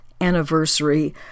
anniversary